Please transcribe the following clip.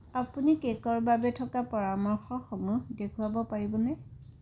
আপুনি কে'কৰ বাবে থকা পৰামৰ্শসমূহ দেখুৱাব পাৰিবনে